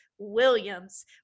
Williams